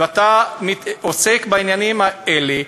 עוסק בעניינים האלה,